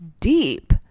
deep